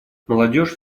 молодежь